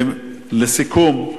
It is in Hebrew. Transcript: לסיכום,